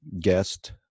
guest